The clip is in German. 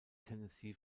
tennessee